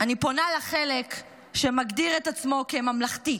אני פונה לחלק שמגדיר את עצמו כממלכתי.